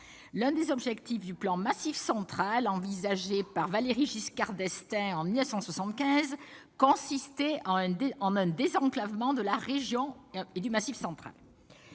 l'un des objectifs du plan Massif central envisagé par Valéry Giscard d'Estaing en 1975 consistait en un désenclavement de la région. Las, nous